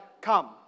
come